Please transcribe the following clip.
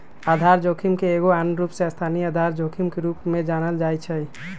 आधार जोखिम के एगो आन रूप स्थानीय आधार जोखिम के रूप में जानल जाइ छै